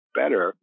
better